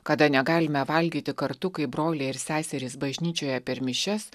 kada negalime valgyti kartu kai broliai ir seserys bažnyčioje per mišias